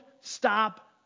stop